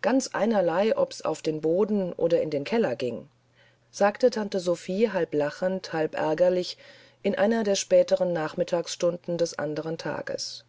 ganz einerlei ob's auf den boden oder in den keller ging sagte tante sophie halb lachend halb ärgerlich in einer der späteren nachmittagstunden des anderen tages